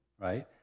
right